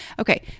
Okay